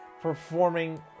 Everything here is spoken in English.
performing